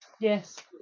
yes